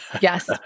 Yes